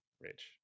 Rich